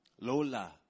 Lola